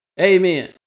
amen